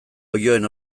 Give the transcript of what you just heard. oiloen